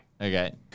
Okay